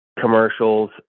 commercials